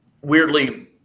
weirdly